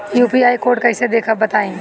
UPI code कैसे देखब बताई?